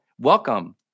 welcome